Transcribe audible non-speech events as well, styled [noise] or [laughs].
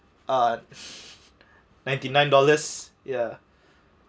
uh [laughs] ninety nine dollars ya